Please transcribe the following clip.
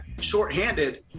shorthanded